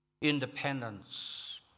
independence